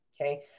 Okay